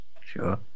sure